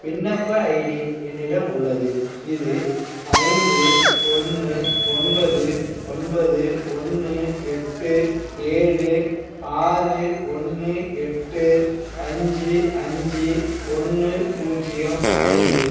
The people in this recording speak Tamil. விண்ணப்ப ஐடி என்னிடம் உள்ளது இது ஐந்து ஒன்று ஒன்பது ஒன்பது ஒன்று எட்டு ஏழு ஆறு ஒன்று எட்டு அஞ்சு அஞ்சு ஒன்று பூஜ்ஜியம் ஐந்து